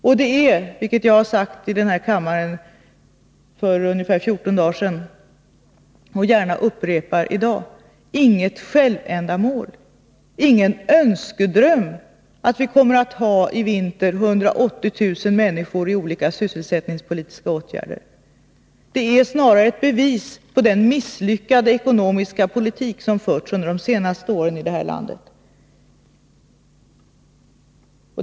Och det är — vilket jag har sagt i denna kammare för ungefär 14 dagar sedan och gärna upprepar i dag — inget självändamål, ingen önskedröm, att vi i vinter kommer att vidta olika sysselsättningspolitiska åtgärder för 180 000 människor. Det är snarare ett bevis på den misslyckade ekonomiska politik som förts de senaste åren i detta land.